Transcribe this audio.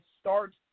start